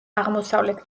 აღმოსავლეთ